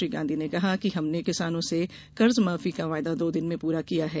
श्री गांधी ने कहा कि हमने किसानों से कर्ज माफी का वायदा दो दिन में पूरा किया है